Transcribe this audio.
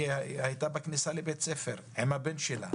היא הייתה בכניסה לבית הספר עם הבן שלה,